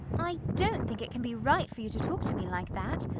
i don't think it can be right for you to talk to me like that.